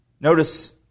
Notice